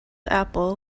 apple